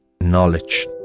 knowledge